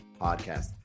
podcast